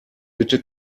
bitte